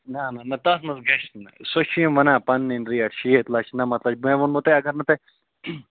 نہ نہ نہ نہ تَتھ منٛز گَژھِ نہٕ سُہ چھِ یِم وَنان پَنٛنٕے ریٹ شیٖتھ لَچھ نَمَتھ لَچھ مےٚ ووٚنمو تۄہہِ اگر نہٕ تۄہہِ